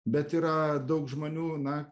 bet yra daug žmonių na